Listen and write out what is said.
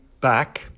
back